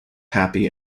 happy